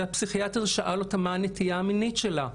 והפסיכיאטר שאל אותה מה הנטייה המינית שלה.